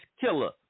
Killer